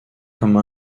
comme